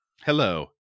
hello